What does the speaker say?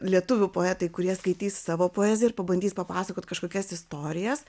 lietuvių poetai kurie skaitys savo poeziją ir pabandys papasakot kažkokias istorijas